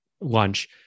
lunch